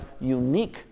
unique